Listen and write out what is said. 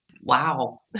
Wow